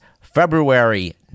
February